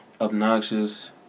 obnoxious